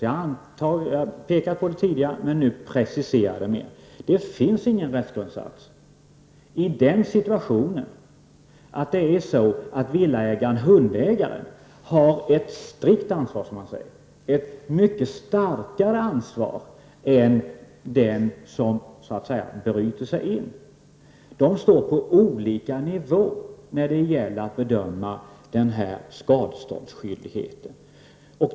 Det påpekade jag tidigare, men nu preciserar jag det: Det finns ingen rättsgrundsats i den här situationen. Villaägaren-hundägaren har ett strikt ansvar, mycket starkare ansvar än vad den som bryter sig in har. De står på olika nivåer när det gäller att bedöma skadeståndsskyldigheten.